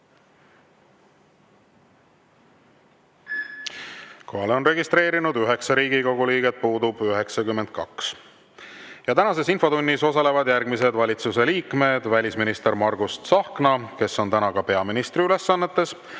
on registreerunud 9 Riigikogu liiget, puudub 92. Tänases infotunnis osalevad järgmised valitsuse liikmed: välisminister Margus Tsahkna, kes on täna ka peaministri ülesannetes,